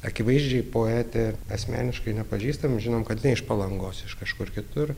akivaizdžiai poetė asmeniškai nepažįstam žinom kad ne iš palangos iš kažkur kitur